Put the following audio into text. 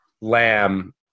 Lamb